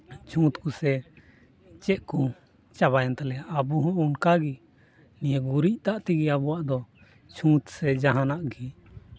ᱪᱷᱩᱸᱛ ᱠᱚᱥᱮ ᱪᱮᱫ ᱠᱚ ᱪᱟᱵᱟᱭᱮᱱ ᱛᱟᱞᱮᱭᱟ ᱟᱵᱚ ᱦᱚᱸ ᱚᱱᱠᱟᱜᱮ ᱱᱤᱭᱟᱹ ᱜᱩᱨᱤᱡ ᱫᱟᱜ ᱛᱮᱜᱮ ᱟᱵᱚᱣᱟᱜ ᱫᱚ ᱪᱷᱩᱸᱛ ᱥᱮ ᱡᱟᱦᱟᱱᱟᱜ ᱜᱮ